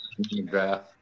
draft